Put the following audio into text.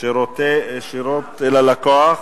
(שירות ללקוח)